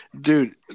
dude